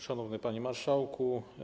Szanowny Panie Marszałku!